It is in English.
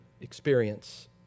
experience